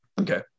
Okay